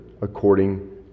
according